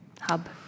hub